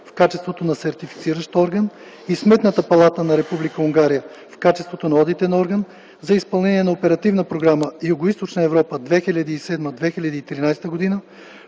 в качеството на Сертифициращ орган, и Сметната палата на Република Унгария в качеството на Одитен орган за изпълнение на Оперативна програма „Югоизточна Европа” 2007-2013 г.,